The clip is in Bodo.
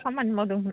खामानि मावदोंमोन